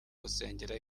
gusengera